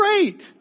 great